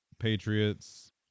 Patriots